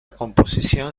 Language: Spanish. composición